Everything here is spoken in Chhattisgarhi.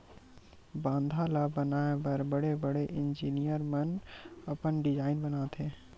बांधा ल बनाए बर बड़े बड़े इजीनियर मन अपन डिजईन बनाथे